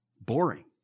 boring